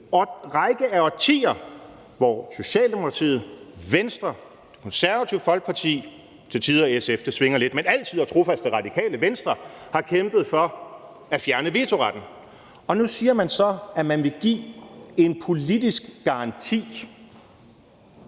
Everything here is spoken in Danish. hel række af årtier, hvor Socialdemokratiet, Venstre, Det Konservative Folkeparti, til tider SF – det svinger lidt – og altid trofaste Radikale Venstre har kæmpet for at fjerne vetoretten. Og nu siger man så, at man vil give en politisk garanti